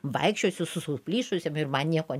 vaikščiosiu su suplyšusiom ir man nieko